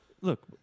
look